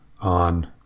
on